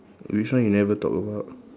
which one you never talk about